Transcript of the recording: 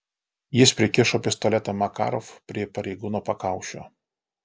jis prikišo pistoletą makarov prie pareigūno pakaušio